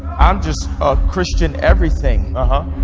i'm just a christian everything but